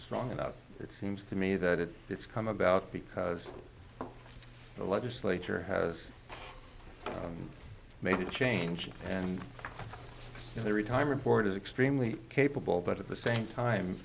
strong enough it seems to me that it's come about because the legislature has maybe changed and every time report is extremely capable but at the same time